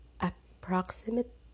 Approximate